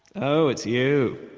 oh, it's you.